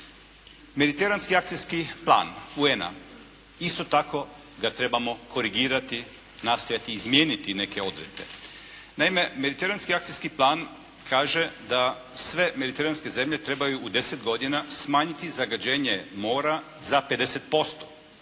Mediteranski akcijski plan UN-a isto tako ga trebamo korigirati, nastojati izmijeniti neke odredbe. Naime, Mediteranski akcijski plan kaže da sve mediteranske zemlje trebaju u 10 godina smanjiti zagađenje mora za 50%.